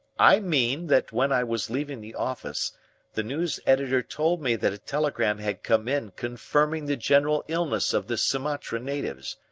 i mean that when i was leaving the office the news editor told me that a telegram had come in confirming the general illness of the sumatra natives,